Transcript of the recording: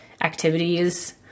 activities